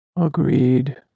Agreed